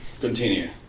Continue